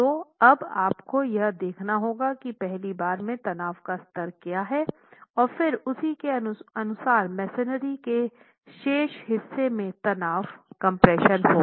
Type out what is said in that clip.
तो अब आपको यह देखना होगा कि पहली बार में तनाव का स्तर क्या है और फिर उसी के अनुसार मेसनरी के शेष हिस्से में तनाव कम्प्रेशन होगा